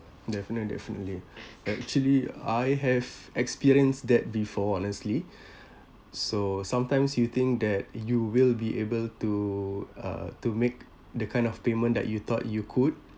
definitely definitely actually I have experienced that before honestly so sometimes you think that you will be able to uh to make the kind of payment that you thought you could